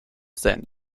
zen